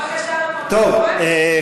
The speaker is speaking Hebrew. כולל ליבה.